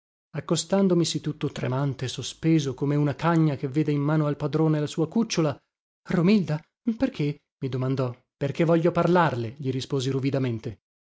romilda accostandomisi tutto tremante e sospeso come una cagna che veda in mano al padrone la sua cucciola romilda perché mi domandò perché voglio parlarle gli risposi